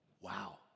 Wow